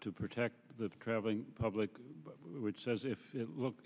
to protect the traveling public which says if look